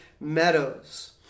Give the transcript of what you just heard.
meadows